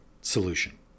solution